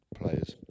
players